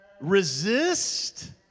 resist